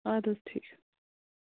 اَدٕ حظ ٹھیٖک